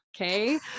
Okay